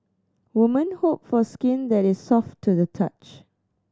woman hope for skin that is soft to the touch